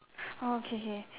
oh K K